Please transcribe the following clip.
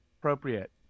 Appropriate